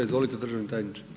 Izvolite državni tajniče.